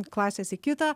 klasės į kitą